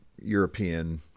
European